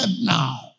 now